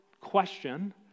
question